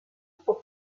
pour